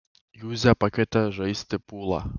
juzę pakvietė žaisti pulą